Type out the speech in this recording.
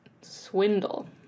Swindle